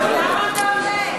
למה אתה עולה?